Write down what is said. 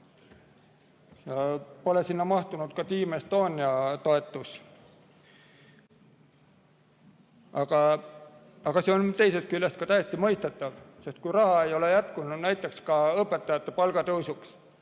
Pole sinna mahtunud ka Team Estonia toetus. Aga teisest küljest on see ka täiesti mõistetav, sest kui raha ei ole jätkunud näiteks õpetajate palga tõusuks,